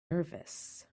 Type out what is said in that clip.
nervous